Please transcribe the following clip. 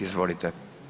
Izvolite.